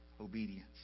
obedience